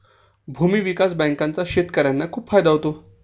भूविकास बँकांचा शेतकर्यांना खूप फायदा होतो